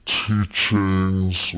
teachings